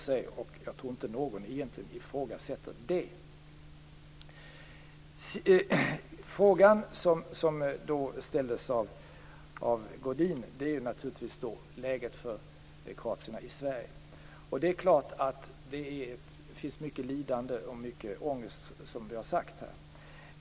Jag tror egentligen inte att någon ifrågasätter det. Den fråga som ställdes av Godin gällde läget för kroaterna i Sverige. Det är klart att det bland dem finns mycket lidande och mycket ångest, som här har sagts.